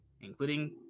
including